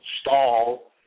stall